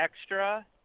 Extra